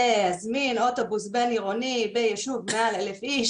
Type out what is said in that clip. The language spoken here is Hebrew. להזמין אוטובוס בין-עירוני ביישוב מעל 1000 איש,